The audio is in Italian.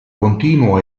continuo